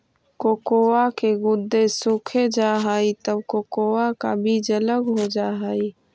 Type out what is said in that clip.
cocoa के गुदे सूख जा हई तब कोकोआ का बीज अलग हो जा हई